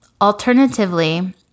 Alternatively